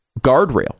guardrail